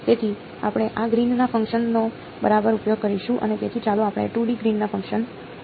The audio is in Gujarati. તેથી આપણે આ ગ્રીનના ફંક્શનનો બરાબર ઉપયોગ કરીશું અને તેથી ચાલો આપણે 2 ડી ગ્રીનના ફંક્શન પર જઈએ